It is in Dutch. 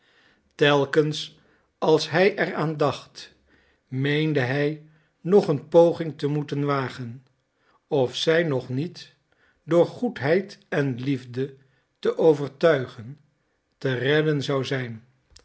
telkens als hij er aan dacht meende hij nog een poging te moeten wagen of zij nog niet door goedheid en liefde te overtuigen te redden zou zijn